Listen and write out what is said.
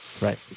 right